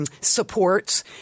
supports